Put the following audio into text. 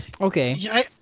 Okay